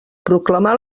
proclamar